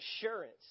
assurance